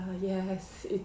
Yes